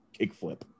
kickflip